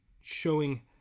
showing